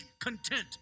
content